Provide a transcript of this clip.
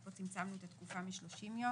- פה צמצמנו את התקופה מ-30 יום.